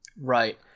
Right